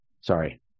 Sorry